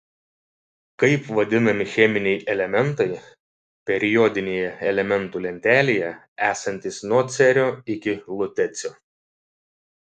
kaip vadinami cheminiai elementai periodinėje elementų lentelėje esantys nuo cerio iki lutecio